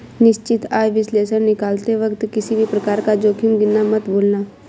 निश्चित आय विश्लेषण निकालते वक्त किसी भी प्रकार का जोखिम गिनना मत भूलना